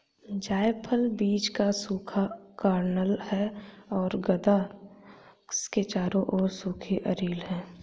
जायफल बीज का सूखा कर्नेल है और गदा इसके चारों ओर सूखी अरिल है